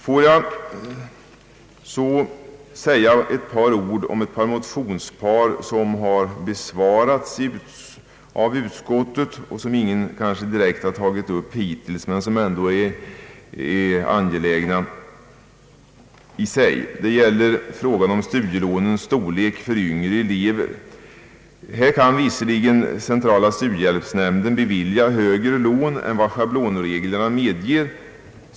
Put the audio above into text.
Låt mig sedan säga ett par ord om några motioner som har behandlats av utskottet och som ingen hittills direkt har tagit upp men som ändå är angelägna i sig. Det gäller frågan om studielånens storlek för yngre elever. Här kan visserligen centrala studiehjälpsnämnden bevilja högre lån än vad schablonreglerna medger.